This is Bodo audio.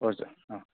औ दे